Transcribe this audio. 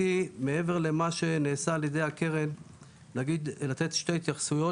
מעבר למה שנעשה על ידי הקרן רציתי לומר שתי התייחסויות.